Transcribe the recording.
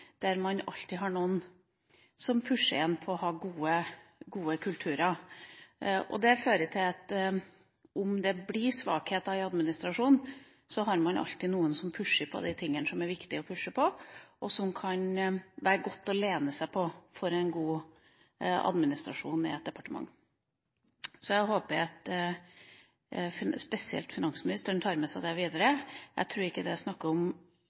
der man alltid har noen som pusher på å ha gode kulturer. Det fører til at om det blir svakheter i administrasjonen, så har man alltid noen som pusher på de tingene som er viktig å pushe på, og som kan være godt å lene seg på for en god administrasjon i et departement. Jeg håper at spesielt finansministeren tar med seg det videre. Jeg tror ikke det er snakk om